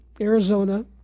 Arizona